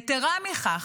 יתרה מכך,